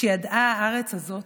שידעה הארץ הזאת